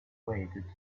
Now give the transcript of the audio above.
waited